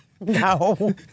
No